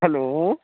hello